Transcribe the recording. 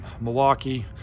Milwaukee